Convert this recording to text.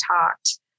talked